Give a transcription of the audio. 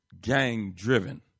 gang-driven